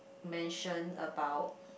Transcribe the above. mention about